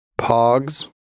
Pogs